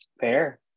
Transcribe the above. Fair